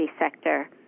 sector